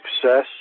success